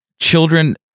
children